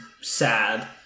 sad